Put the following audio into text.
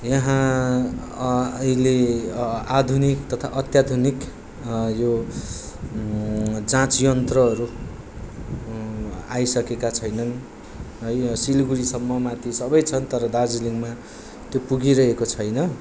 यहाँ अहिले आधुनिक तथा अत्याधुनिक यो जाँच यन्त्रहरू आइसकेका छैनन् यो सिलगढीसम्म माथि सबै छन् तर दार्जिलिङमा त्यो पुगिरहेको छैन